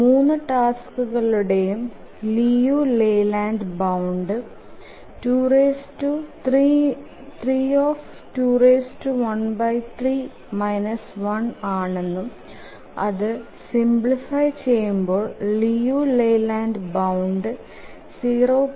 3 ടാസ്കുകളുടേം Liu Layland bound 3213−1 ആണെന്നും അതു സിംപ്ലിഫയ് ചെയുമ്പോൾ ലിയു ലെയ്ലാൻഡ് ബൌണ്ട് 0